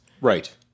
Right